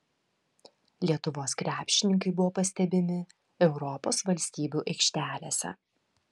lietuvos krepšininkai buvo pastebimi europos valstybių aikštelėse